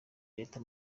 reta